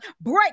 Break